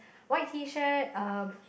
white T shirt uh